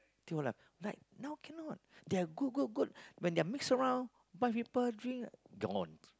they all ah like now can not they are good good good when they are mix around bunch of people drink gone